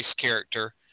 character